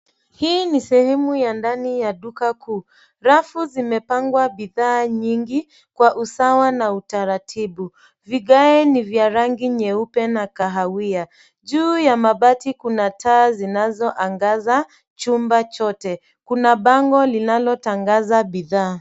Hii ni sehemu ya ndani ya duka kuu, rafu zimepangwa bidhaa nyingi, kwa usawa, na utaratibu. Vigae ni vya rangi nyeupe, na kahawia. Juu ya mabati kuna taa zinazoangaza, chumba chote, kuna bango linalotangaza bidhaa.